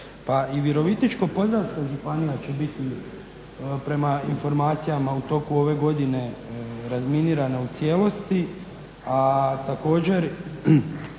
i Virovitičko-podravska županija će biti prema informacijama u toku ove godine razminirana u cijelosti, a također